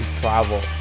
travel